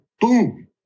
boom